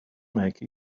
make